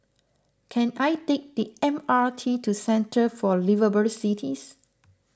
can I take the M R T to Centre for Liveable Cities